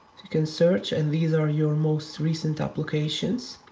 you can search, and these are your most recent applications.